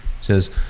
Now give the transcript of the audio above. says